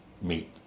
meet